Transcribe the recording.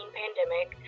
pandemic